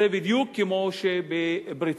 זה בדיוק כמו בבריטניה,